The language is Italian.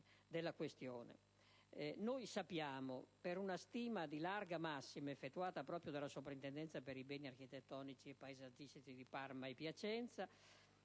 nell'immediato, secondo una stima di massima, effettuata proprio dalla soprintendenza per i beni architettonici e paesaggistici di Parma e Piacenza,